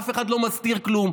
אף אחד לא מסתיר כלום.